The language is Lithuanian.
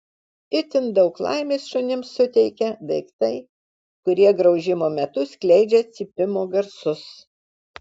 itin daug laimės šunims suteikia daiktai kurie graužimo metu skleidžia cypimo garsus